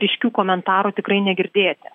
ryškių komentarų tikrai negirdėti